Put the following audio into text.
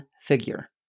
figure